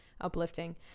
uplifting